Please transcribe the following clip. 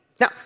Now